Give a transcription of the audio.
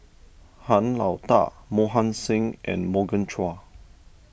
Han Lao Da Mohan Singh and Morgan Chua